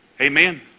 Amen